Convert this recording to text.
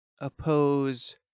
oppose